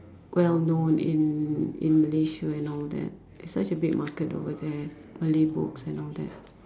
well known in in Malaysia and all that it's such a big market over there Malay books and all that